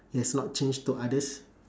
it has not changed to others